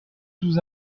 sous